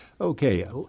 Okay